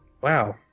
Wow